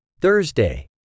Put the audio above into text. Thursday